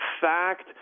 fact